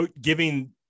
giving